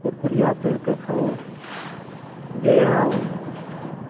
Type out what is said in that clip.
कुरकुरिया तैरिके खाउ जे यहाँ